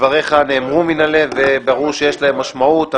דבריך נאמרו מן הלב, וברור שיש להם משמעות.